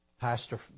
pastor